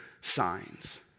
signs